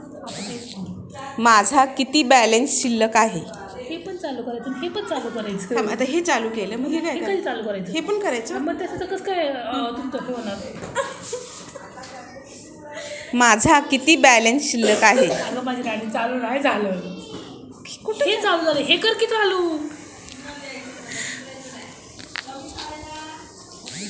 माझा किती बॅलन्स शिल्लक आहे?